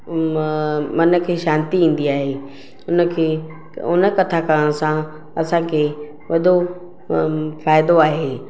मन खे शांती ईंदी आहे उन खे उन कथा करणु सां असांखे वॾो फ़ाइदो आहे